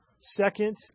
second